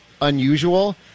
unusual